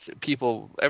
People